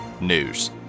News